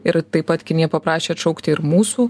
ir taip pat kinija paprašė atšaukti ir mūsų